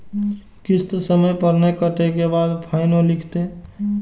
किस्त समय पर नय कटै के बाद फाइनो लिखते?